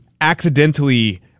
accidentally